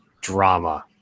drama